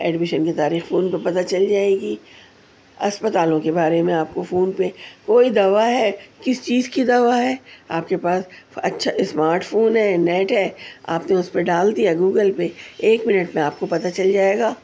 admission کی تاریخ phone پہ پتہ چل جائے گی اسپتالوں کے بارے میں آپ کو فون پہ کوئی دوا ہے کس چیز کی دوا ہے آپ کے پاس اچھا اسمارٹ فون ہے نیٹ ہے آپ نے اس پہ ڈال دیا گوگل پہ ایک منٹ میں آپ کو پتہ چل جائے گا